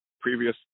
previous